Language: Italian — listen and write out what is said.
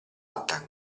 alta